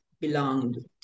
belonged